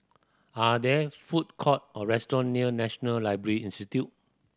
are there food court or restaurant near National Library Institute